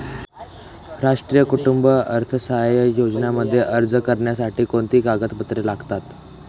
राष्ट्रीय कुटुंब अर्थसहाय्य योजनेमध्ये अर्ज करण्यासाठी कोणती कागदपत्रे लागतात?